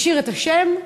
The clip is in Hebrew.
הוא השאיר את השם,